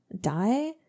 die